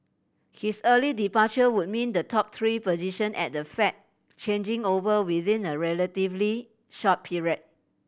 his early departure would mean the top three position at the Fed changing over within a relatively short period